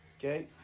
okay